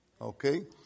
okay